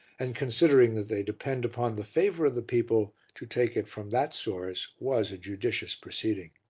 and, considering that they depend upon the favour of the people, to take it from that source was a judicious proceeding.